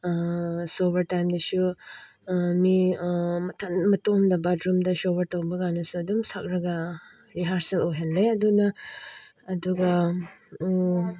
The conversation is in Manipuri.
ꯁꯣꯋꯔ ꯇꯥꯏꯝꯗꯁꯨ ꯃꯤ ꯃꯊꯟ ꯃꯇꯣꯝꯗ ꯕꯥꯠꯔꯨꯝꯗ ꯁꯣꯋꯔ ꯇꯧꯕꯀꯥꯟꯗꯁꯨ ꯑꯗꯨꯝ ꯁꯛꯑꯒ ꯔꯤꯍꯥꯔꯁꯦꯜ ꯑꯣꯏꯍꯜꯂꯦ ꯑꯗꯨꯅ ꯑꯗꯨꯒ